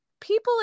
people